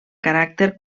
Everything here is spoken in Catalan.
caràcter